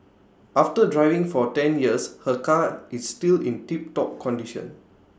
after driving for ten years her car is still in tiptop condition